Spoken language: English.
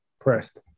pressed